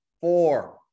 Four